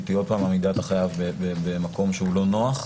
כי היא מעמידה את החייב במקום לא נוח.